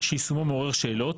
שיישומו מעורר שאלות,